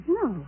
no